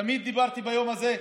תמיד דיברתי ביום הזה.